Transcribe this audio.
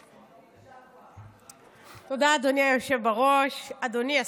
תודה, אדוני היושב-ראש.